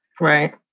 Right